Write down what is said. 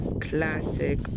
classic